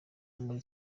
muri